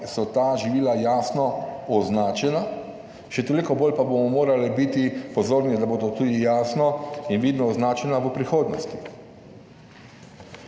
so ta živila jasno označena, še toliko bolj pa bomo morali biti pozorni, da bodo tudi jasno in vidno označena v prihodnosti.